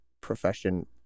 profession